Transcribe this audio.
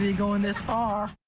going this far.